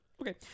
okay